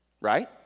right